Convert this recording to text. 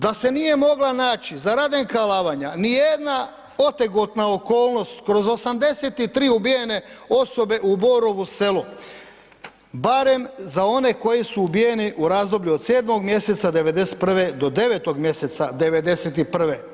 Da se nije mogla naći za Radenka Alavanja nijedna otegotna okolnost kroz 83 ubijene osobe u Borovu Selu, barem za one koji su ubijeni u razdoblju od 7 mj. '91. do 9. mj. '91.